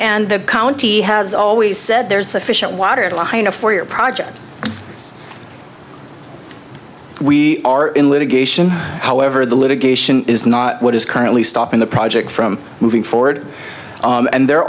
and the county has always said there is sufficient water for your project we are in litigation however the litigation is not what is currently stopping the project from moving forward and there